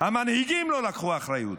המנהיגים לא לקחו אחריות,